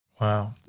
Wow